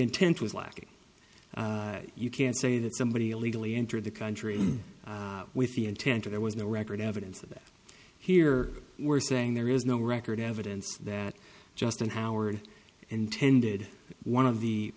intent was lacking you can say that somebody illegally entered the country with the intent or there was no record evidence of it here were saying there is no record evidence that justin howard intended one of the